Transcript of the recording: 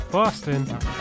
Boston